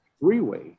Freeway